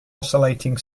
oscillating